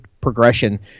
progression